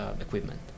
equipment